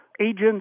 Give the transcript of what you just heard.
agents